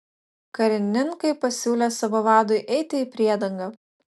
karininkai pasiūlė savo vadui eiti į priedangą